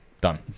Done